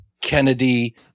Kennedy